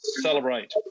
celebrate